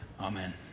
Amen